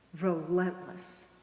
relentless